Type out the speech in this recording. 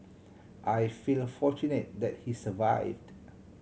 I feel fortunate that he survived